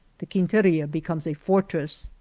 the quinteria be comes a fortress.